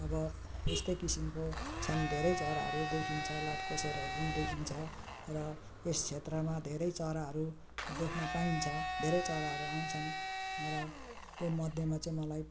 अब यस्तै किसिमका छन् धेरै चराहरू देखिन्छ लाटोकोसेरोहरू देखिन्छ र यस क्षेत्रमा धेरै चराहरू देख्न पाइन्छ धेरै चराहरू आउँछन् र त्यो मध्येमा चाहिँ मलाई